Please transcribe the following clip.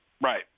Right